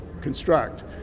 construct